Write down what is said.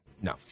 No